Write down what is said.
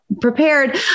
prepared